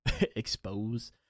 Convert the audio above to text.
expose